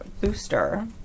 Booster